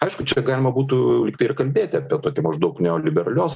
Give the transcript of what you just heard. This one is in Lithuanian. aišku čia galima būtų ir kalbėti apie tokį maždaug neoliberalios